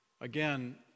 Again